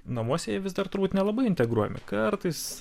namuose jį vis dar turbūt nelabai integruojame kartais